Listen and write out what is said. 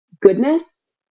goodness